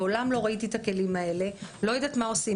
מעולם לא ראיתי את הכלים האלה ואני לא יודעת מה עושים